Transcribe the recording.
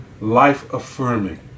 life-affirming